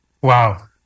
Wow